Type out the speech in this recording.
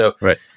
Right